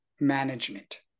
management